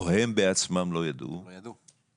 או הם בעצמם לא ידעו --- הם לא ידעו.